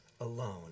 alone